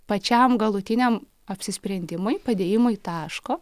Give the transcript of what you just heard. pačiam galutiniam apsisprendimui padėjimui taško